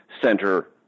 center